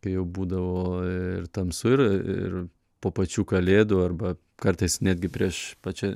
kai jau būdavo ir tamsu ir ir po pačių kalėdų arba kartais netgi prieš pačia